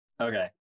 Okay